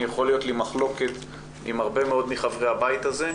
יכולה להיות לי מחלוקת עם הרבה מאוד מחברי הבית הזה,